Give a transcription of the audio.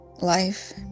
life